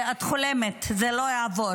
את חולמת, זה לא יעבור.